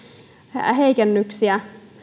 heikennyksiä